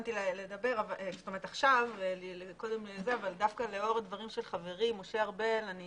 תכננתי לדבר עכשיו אבל דווקא לאור הדברים של חברי משה ארבל אני